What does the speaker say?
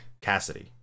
Cassidy